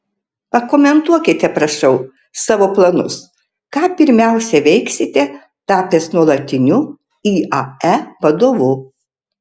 pakomentuokite prašau savo planus ką pirmiausia veiksite tapęs nuolatiniu iae vadovu